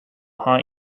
haunt